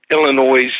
Illinois